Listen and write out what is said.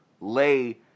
lay